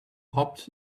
hopped